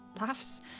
laughs